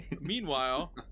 Meanwhile